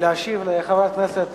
להשיב לחברת הכנסת